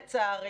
לצערי,